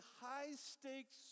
high-stakes